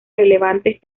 relevantes